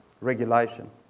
regulation